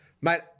Mate